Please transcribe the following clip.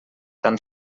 tan